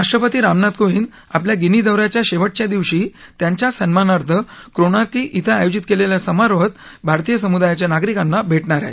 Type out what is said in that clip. राष्ट्रपती रामनाथ कोविंद आपल्या गीनी दौ याच्या शेवटच्या दिवशी त्यांच्या सन्मानार्थ कोनाक्री क्विं आयोजित केलेल्या समारोहात भारतीय समुदायाच्या नागरिकांना भेटतील